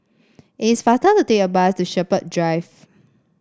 it's faster to take the bus to Shepherds Drive